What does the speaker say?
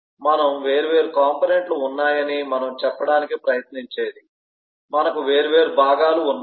మనకు వేర్వేరు కాంపోనెంట్ లు ఉన్నాయని మనము చెప్పడానికి ప్రయత్నించేది మనకు వేర్వేరు భాగాలు ఉన్నాయి